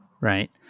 Right